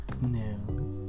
no